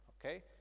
okay